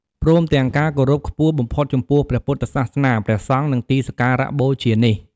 ព្រមទាំងការគោរពខ្ពស់បំផុតចំពោះព្រះពុទ្ធសាសនា ព្រះសង្ឃ និងទីសក្ការបូជានេះ។